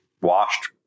washed